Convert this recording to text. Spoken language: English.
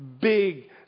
big